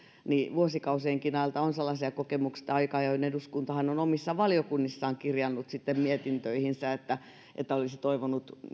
vuosikausienkin ajalta on sellaisia kokemuksia että aika ajoin eduskunta on omissa valiokunnissaan kirjannut mietintöihinsä että olisi toivonut